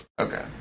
Okay